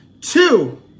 Two